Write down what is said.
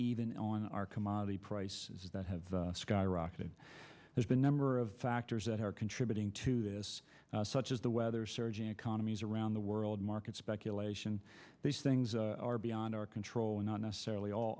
even on our commodity prices that have skyrocketed there's been a number of factors that are contributing to this such as the weather surging economies around the world market speculation these things are beyond our control not necessarily all